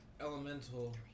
elemental